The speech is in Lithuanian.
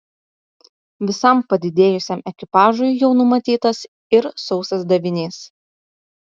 visam padidėjusiam ekipažui jau numatytas ir sausas davinys